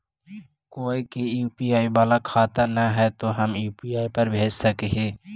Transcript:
कोय के यु.पी.आई बाला खाता न है तो हम यु.पी.आई पर भेज सक ही?